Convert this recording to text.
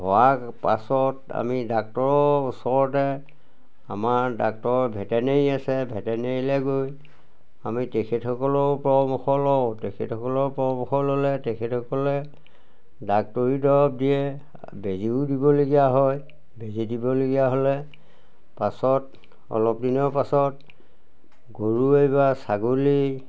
হোৱাৰ পাছত আমি ডাক্তৰ ওচৰতে আমাৰ ডাক্টৰৰ ভেটেনেৰি আছে ভেটেনেৰিলৈ গৈ আমি তেখেতসকলৰ পৰামৰ্শ লওঁ তেখেতসকলৰ পৰামৰ্শ ল'লে তেখেতসকলে ডাক্তৰী দৰব দিয়ে বেজিও দিবলগীয়া হয় বেজী দিবলগীয়া হ'লে পাছত অলপ দিনৰ পাছত গৰুৱে বা ছাগলী